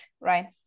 right